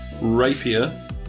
rapier